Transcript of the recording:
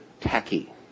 tacky